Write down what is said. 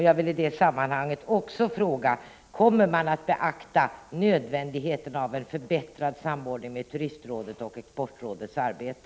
Jag vill i detta sammanhang också fråga: Kommer man att beakta nödvändigheten av en bättre samordning med Turistrådets och Exportrådets arbete?